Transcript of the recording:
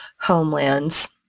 homelands